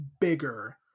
bigger